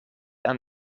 aan